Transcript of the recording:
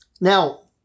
Now